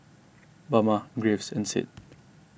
Bama Graves and Sid